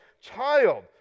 child